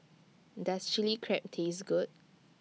Does Chilli Crab Taste Good